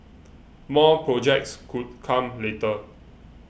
more projects could come later